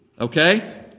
Okay